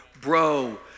Bro